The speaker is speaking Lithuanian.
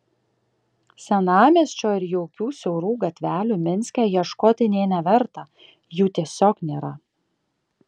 senamiesčio ir jaukių siaurų gatvelių minske ieškoti nė neverta jų tiesiog nėra